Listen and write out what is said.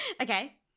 Okay